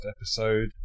episode